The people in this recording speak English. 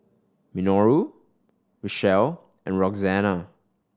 Minoru Richelle and Roxana